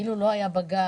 כאילו לא היה בג"ץ,